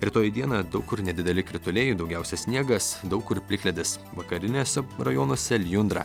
rytoj dieną daug kur nedideli krituliai daugiausia sniegas daug kur plikledis vakariniuose rajonuose lijundra